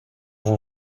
vous